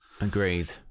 Agreed